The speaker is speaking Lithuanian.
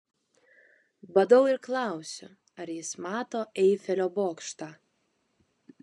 badau ir klausiu ar jis mato eifelio bokštą